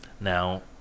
Now